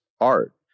art